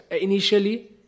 initially